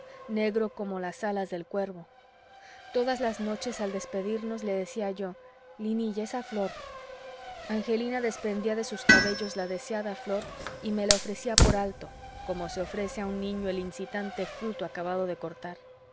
negro como las alas del cuervo todas las noches al despedirnos le decía yo linilla esa flor angelina desprendía de sus cabellos la deseada flor y me la ofrecía por alto como se ofrece a un niño el incitante fruto acabado de cortar